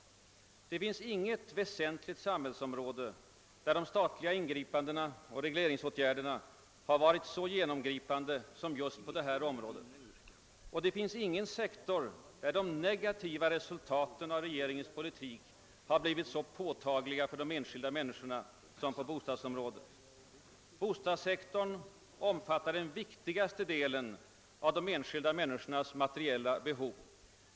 Det finns inget väsentligt samhällsområde, där de statliga ingripandena och regleringsåtgärderna varit så genomgripande som på just detta område, och det finns ingen sektor där de negativa resultaten av regeringens politik blivit så påtagliga för de enskilda människorna som på bostadsområdet. Bostadssektorn omfattar den viktigaste delen av de enskilda människornas materiella behov.